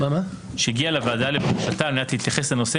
שהגיע לוועדה לבקשתה על מנת להתייחס לנושא,